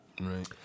Right